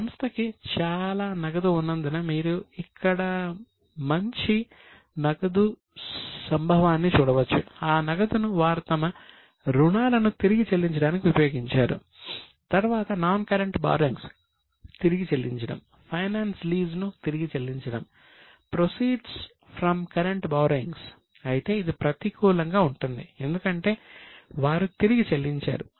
సంస్థకి చాలా నగదు ఉన్నందున మీరు ఇక్కడ మంచి నగదు సంభవాన్ని చూడవచ్చు ఆ నగదును వారు తమ రుణాలను తిరిగి చెల్లించడానికి ఉపయోగించారు